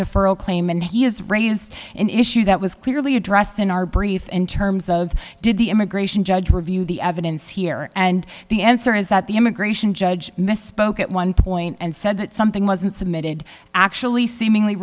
deferral claim and he has raised an issue that was clearly addressed in our brief in terms of did the immigration judge review the evidence here and the answer is that the immigration judge misspoke at one point and said that something wasn't submitted actually seemingly